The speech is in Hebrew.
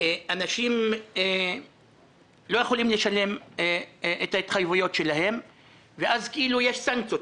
אנשים לא יכולים לשלם את ההתחייבויות שלהם ואז כאילו יש סנקציות.